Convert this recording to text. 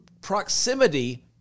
proximity